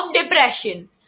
depression